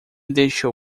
deixou